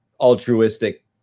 altruistic